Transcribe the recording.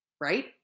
right